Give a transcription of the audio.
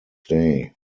day